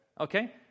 okay